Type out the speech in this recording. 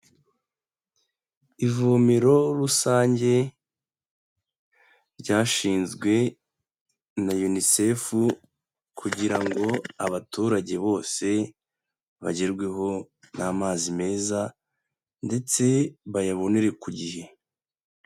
Ivomero rusange, ryashinzwe na UNICEF kugira ngo abaturage bose bagerweho n'amazi meza ndetse bayabonere ku gihe.